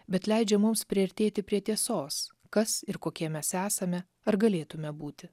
bet leidžia mums priartėti prie tiesos kas ir kokie mes esame ar galėtume būti